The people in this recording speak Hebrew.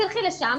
תלכי לשם,